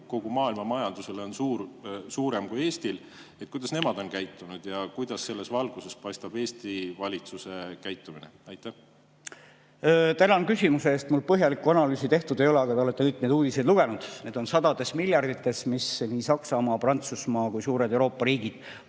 kogu maailma majandusele on suurem kui Eestil? Kuidas nemad on käitunud ja kuidas selles valguses paistab Eesti valitsuse käitumine? Tänan küsimuse eest! Mul põhjaliku analüüsi tehtud ei ole, aga te olete ilmselt kõiki sellekohaseid uudiseid lugenud. Need summad on sadades miljardites, mis nii Saksamaa, Prantsusmaa kui ka suured Euroopa riigid